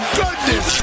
goodness